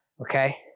Okay